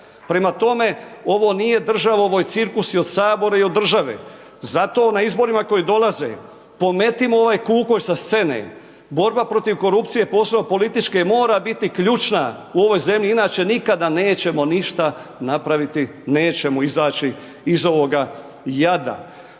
Prema tome, ovo nije država, ovo je cirkus i od Sabora i od države. Zato na izborima koji dolaze pometimo ovaj .../Govornik se ne razumije./... sa scene, borba protiv korupcije, posebno političke mora biti ključna u ovoj zemlji inače nikada nećemo ništa napraviti, nećemo izaći iz ovoga jada.